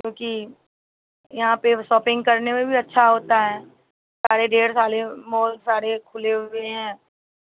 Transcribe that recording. क्योंकि यहाँ पर सॉपिंग करने में भी अच्छा होता है सारे ढेर साले मॉल सारे खुले हुए हैं